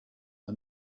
her